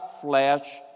flesh